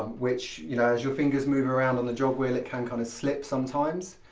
which you know, as your fingers move around on the jogwheel it can kind of slip sometimes.